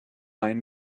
iron